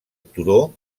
turó